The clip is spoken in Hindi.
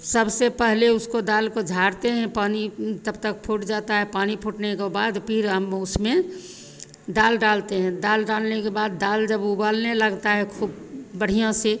सबसे पहले उसको दाल को झाड़ते हैं पानी तब तक फूट जाता है पानी फूटने को बाद फिर हम उसमें दाल डालते हैं दाल डालने के बाद दाल जब उबलने लगती है खूब बढ़ियाँ से